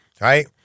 right